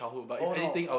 oh no